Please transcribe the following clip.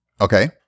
okay